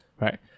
right